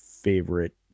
favorite